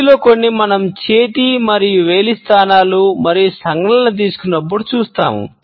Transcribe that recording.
వీటిలో కొన్ని మనం చేతి మరియు వేలు స్థానాలు మరియు సంజ్ఞలను తీసుకున్నప్పుడు చూస్తాము